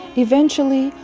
eventually,